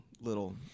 little